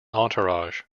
entourage